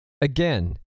again